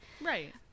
Right